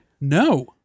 No